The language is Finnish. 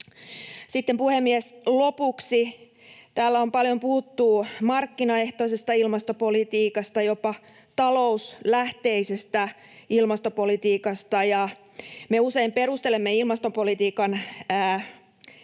Sitten, puhemies, lopuksi: Täällä on paljon puhuttu markkinaehtoisesta ilmastopolitiikasta, jopa talouslähtöisestä ilmastopolitiikasta. Me usein perustelemme ilmastopolitiikan